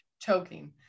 choking